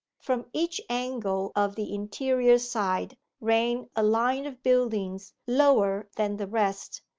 from each angle of the inferior side ran a line of buildings lower than the rest,